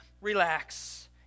Relax